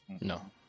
No